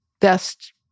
best